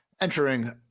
entering